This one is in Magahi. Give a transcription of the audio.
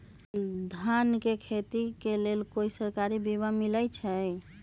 धान के खेती के लेल कोइ सरकारी बीमा मलैछई?